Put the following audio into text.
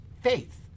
faith